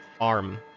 arm